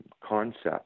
concept